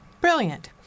Brilliant